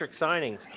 signings